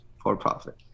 for-profit